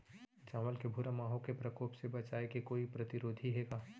चांवल के भूरा माहो के प्रकोप से बचाये के कोई प्रतिरोधी हे का?